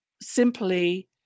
simply